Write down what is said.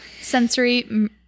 Sensory